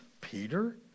Peter